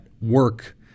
work